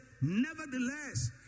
nevertheless